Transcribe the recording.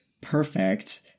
perfect